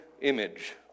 image